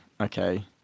okay